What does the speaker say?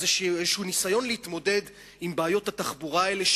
איזה ניסיון להתמודד עם בעיות התחבורה האלה,